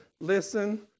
listen